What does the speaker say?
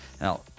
Now